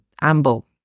Amble